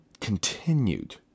continued